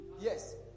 Yes